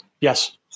Yes